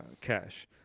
cash